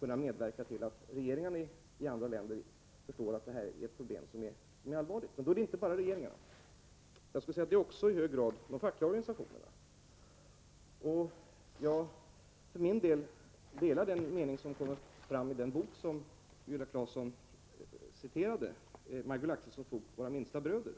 kunna medverka till att regeringarna i andra länder förstår att detta är ett allvarligt problem. Då är det inte bara fråga om regeringarna. Jag skulle vilja säga att det också i hög grad är fråga om de fackliga organisationerna. Jag för min del delar den mening som kommer fram i den bok som Viola Claesson citerade ur, Majgull Axelssons bok Våra minsta bröder.